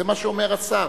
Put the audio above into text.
זה מה שאומר השר.